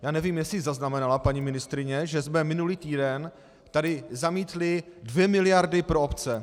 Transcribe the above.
Já nevím, jestli zaznamenala paní ministryně, že jsme minulý týden tady zamítli dvě miliardy pro obce.